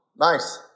Nice